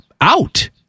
out